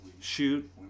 shoot